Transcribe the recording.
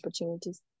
opportunities